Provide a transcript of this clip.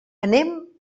anem